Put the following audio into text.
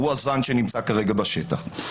הוא הזן שנמצא כרגע בשטח.